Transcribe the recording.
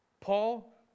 Paul